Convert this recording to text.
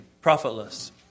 profitless